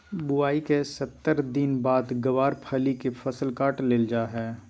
बुआई के सत्तर दिन बाद गँवार फली के फसल काट लेल जा हय